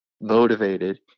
motivated